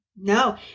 No